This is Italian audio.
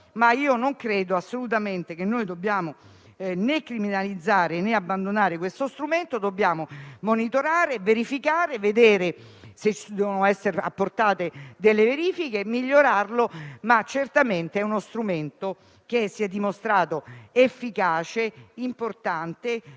Ma non credo assolutamente che dobbiamo criminalizzare o abbandonare questo strumento; dobbiamo invece monitorare e verificare se devono essere apportate delle modifiche per migliorarlo. Il *cashback* è uno strumento che si è dimostrato efficace e importante, e